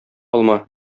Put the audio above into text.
алма